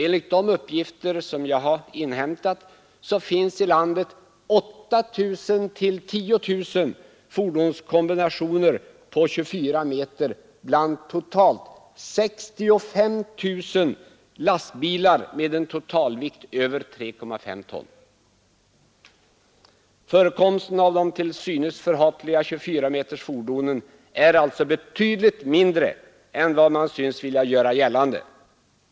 Enligt uppgifter jag har inhämtat finns det i landet 8 000—10 000 fordonskombinationer på 24 meter bland totalt 65 000 lastbilar med en totalvikt över 3,5 ton. Förekomsten av de till synes förhatliga 24-metersfordonen är alltså betydligt mindre än vad man synes vilja göra gällande.